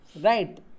Right